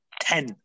Ten